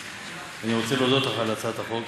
אני רוצה להודות לך על הצעת החוק,